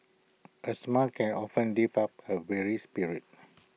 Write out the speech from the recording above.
A smile can often lift up A weary spirit